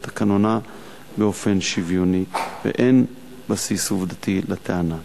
תקנונה באופן שוויוני ואין בסיס עובדתי לטענה.